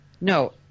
No